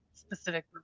specific